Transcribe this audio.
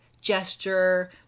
gesture